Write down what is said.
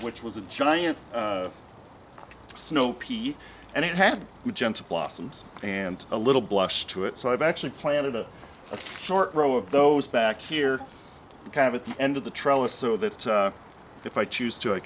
which was a giant snow pea and it had magenta blossoms and a little blush to it so i've actually planted a short row of those back here kind of at the end of the trellis so that if i choose to i